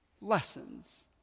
lessons